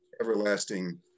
everlasting